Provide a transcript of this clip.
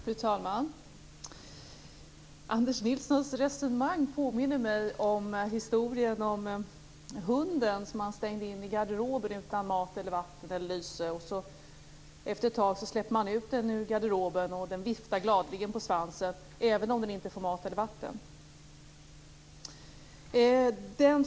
Fru talman! Anders Nilssons resonemang påminner mig om historien om hunden som stängdes in i garderoben utan mat, vatten och lyse. Efter ett tag släpptes hunden ut ur garderoben, och den viftade gladeligen på svansen trots att den inte hade fått mat eller vatten.